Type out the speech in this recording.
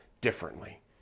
differently